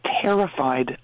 terrified